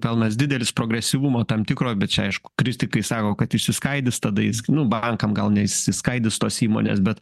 pelnas didelis progresyvumo tam tikro bet čia aišku kritikai sako kad išsiskaidys tada jis nu bankam gal neišsiskaidys tos įmonės bet